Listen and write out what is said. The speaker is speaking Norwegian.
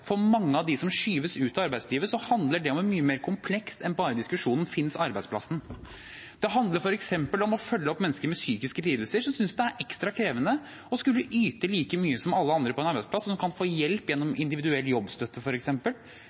for mange av dem som skyves ut av arbeidslivet, handler det om noe mye mer komplekst enn bare diskusjonen: Finnes arbeidsplassen? Det handler f.eks. om å følge opp mennesker med psykiske lidelser som synes det er ekstra krevende å skulle yte like mye som alle andre på en arbeidsplass, og som kan få hjelp gjennom f.eks. individuell jobbstøtte